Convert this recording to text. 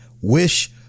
Wish